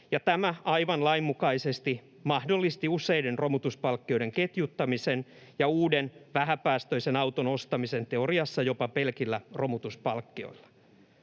tämä aivan lain mukaisesti mahdollisti useiden romutuspalkkioiden ketjuttamisen ja uuden vähäpäästöisen auton ostamisen teoriassa jopa pelkillä romutuspalkkioilla.